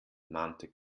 mahnte